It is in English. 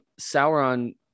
Sauron